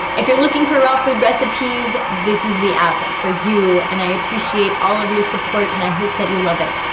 if you're looking for ah food recipes, this is the app for you and i appreciate all of your support and i hope that you love it.